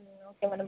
ம் okay madam